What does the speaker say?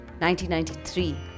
1993